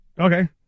okay